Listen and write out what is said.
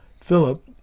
Philip